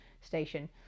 station